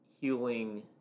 healing